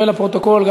ולפרוטוקול,